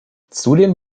zudem